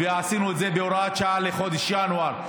עשינו בהוראת שעה לחודש ינואר,